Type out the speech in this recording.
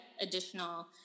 additional